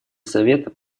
совета